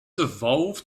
evolved